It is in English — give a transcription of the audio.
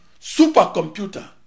supercomputer